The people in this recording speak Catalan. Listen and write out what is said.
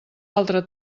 altra